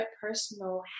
personal